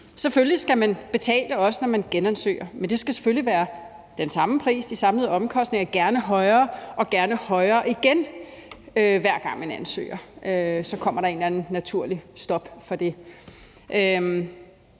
selvfølgelig skal man betale, også når man genansøger, men det skal selvfølgelig være den samme pris og de samlede omkostninger, gerne højere og gerne højere igen, hver gang man ansøger. Så kommer der et eller andet naturligt stop for det.